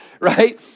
right